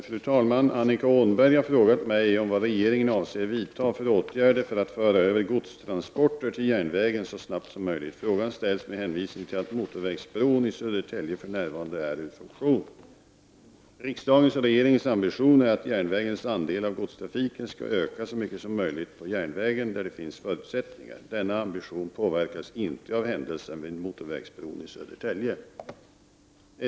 Fru talman! Annika Åhnberg har frågat mig om vad regeringen avser vidta för åtgärder för att föra över godstransporter till järnvägen så snabbt som möjligt. Frågan ställs med hänvisning till att motorvägsbron i Södertälje för närvarande är ur funktion. Riksdagens och regeringens ambition är att järnvägens andel av godstrafiken skall öka så mycket som möjligt på järnvägen där det finns förutsättningar. Denna ambition påverkas inte av händelsen vid motorvägsbron i Södertälje.